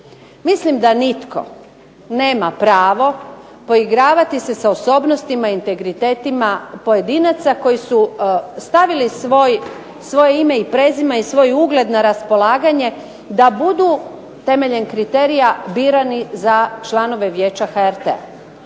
Mislim da nitko nema pravo poigravati se sa osobnostima, integritetima pojedinaca koji su stavili svoje ime i prezime i svoj ugleda na raspolaganje da budu temeljem kriterija birani za članove Vijeća HRT-a.